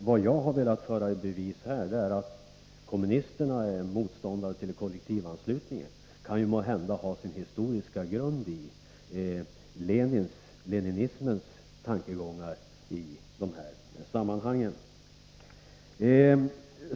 Vad jag har velat föra i bevis här är att det faktum att kommunisterna är motståndare till kollektivanslutning kan ha sin historiska grund i leninismens tankegångar i de här sammanhangen.